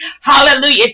Hallelujah